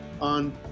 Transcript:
on